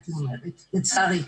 לצערי.